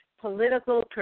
political